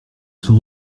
sont